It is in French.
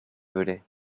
volets